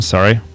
Sorry